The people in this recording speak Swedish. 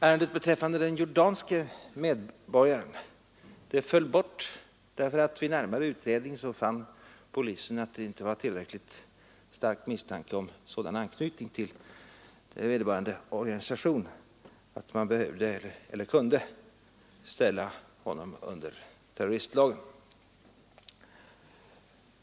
Ärendet beträffande den jordanske medborgaren föll bort, därför att polisen vid närmare utredning konstaterade att det inte fanns tillräckligt stark misstanke om sådan anknytning till vederbörande organisation för att man skulle kunna tillämpa terroristlagen.